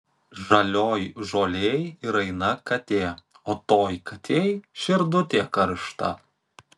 žalioj žolėj raina katė o toj katėj širdutė karšta